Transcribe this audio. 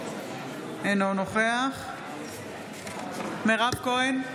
אינו נוכח מירב כהן,